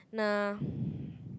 nah